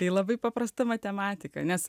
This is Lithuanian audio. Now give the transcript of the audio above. tai labai paprasta matematika nes